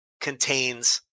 contains